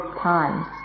times